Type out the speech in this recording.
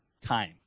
time